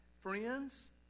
Friends